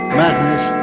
madness